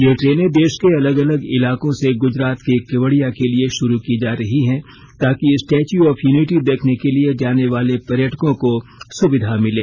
ये ट्रेनें देश के अलग अलग इलाकों से गुजरात के केवडिया के लिए शुरू की जा रही हैं ताकि स्टैच्यू ऑफ यूनिटी देखने के लिए जाने वाले पर्यटकों को सुविधा मिले